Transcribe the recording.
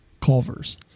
Culver's